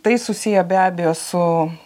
tai susiję be abejo su